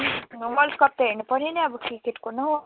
world cup त हेर्नु पर्यो नि अब क्रिकेटको होइन